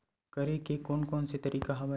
करे के कोन कोन से तरीका हवय?